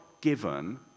given